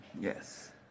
yes